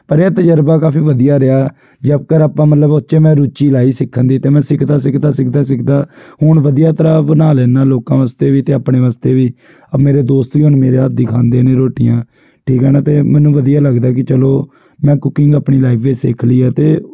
ਪਰ ਇਹ ਤਜ਼ਰਬਾ ਕਾਫ਼ੀ ਵਧੀਆ ਰਿਹਾ ਜੇਕਰ ਆਪਾਂ ਮਤਲਬ ਉਹ 'ਚ ਮੈਂ ਰੁਚੀ ਲਾਈ ਸਿੱਖਣ ਦੀ ਅਤੇ ਮੈਂ ਸਿੱਖਦਾ ਸਿੱਖਦਾ ਸਿੱਖਦਾ ਸਿੱਖਦਾ ਹੁਣ ਵਧੀਆ ਤਰ੍ਹਾਂ ਬਣਾ ਲੈਂਦਾ ਲੋਕਾਂ ਵਾਸਤੇ ਵੀ ਅਤੇ ਆਪਣੇ ਵਾਸਤੇ ਵੀ ਮੇਰੇ ਦੋਸਤ ਵੀ ਹੁਣ ਮੇਰੇ ਹੱਥ ਦੀ ਖਾਂਦੇ ਨੇ ਰੋਟੀਆਂ ਠੀਕ ਆ ਨਾ ਅਤੇ ਮੈਨੂੰ ਵਧੀਆ ਲੱਗਦਾ ਹੈ ਕਿ ਚਲੋ ਮੈਂ ਕੁਕਿੰਗ ਆਪਣੀ ਲਾਈਫ਼ ਵਿੱਚ ਸਿੱਖ ਲਈ ਆ ਅਤੇ